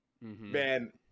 Man